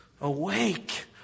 Awake